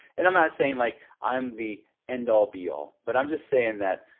and i'm not saying like, i'm the end all be all. but i'm just saying that,